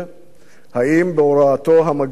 האם בהוראתו המגעים תקועים?